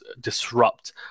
disrupt